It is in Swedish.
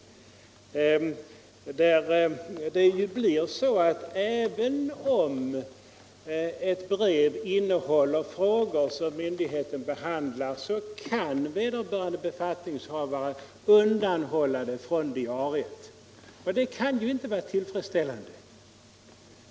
Det blir ju så att även om ett brev innehåller frågor som myndigheten behandlar kan vederbörande befattningshavare undanhålla det från diariet, och det är inte tillfredsställande.